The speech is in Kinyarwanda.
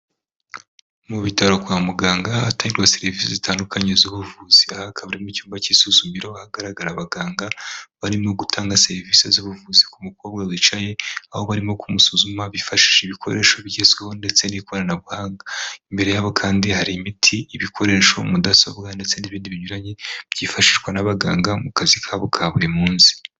Mu bitaro kwa muganga hatangirwa serivisi zitandukanye z'ubuvuzi aha hakaba harimo icyumba k'isuzumiro ahagaragara abaganga barimo gutanga serivisi z'ubuvuzi ku mukobwa wicaye aho barimo kumusuzuma bifashisha ibikoresho bigezweho ndetse n'ikoranabuhanga imbere yabo kandi hari imiti, ibikoresho mudasobwa ndetse n'ibindi binyuranye byifashishwa n'abaganga mu kazi kabo ka buri munsi.